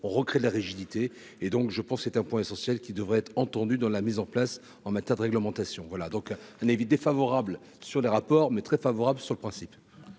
recrée la rigidité et donc je pense que c'est un point essentiel qui devrait être entendu dans la mise en place en matière de réglementation, voilà donc un avis défavorable sur les rapports mais très favorable sur le principe.